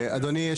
אדוני,